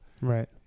Right